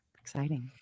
Exciting